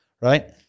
Right